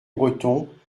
breton